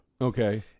Okay